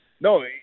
No